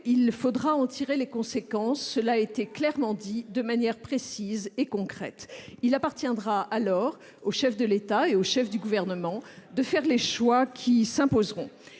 il faudra en tirer les conséquences, cela a été clairement dit, de manière précise et concrète. Il appartiendra alors au chef de l'État et au chef du Gouvernement de faire les choix qui s'imposeront.